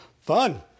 Fun